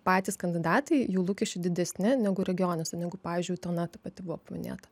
patys kandidatai jų lūkesčiai didesni negu regionuose negu pavyzdžiui utena ta pati buvo paminėta